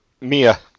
mia